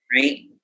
right